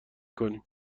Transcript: کنیم